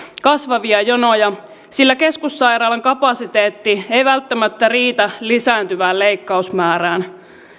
kasvavia jonoja sillä keskussairaalan kapasiteetti ei välttämättä riitä lisääntyvään leikkausmäärään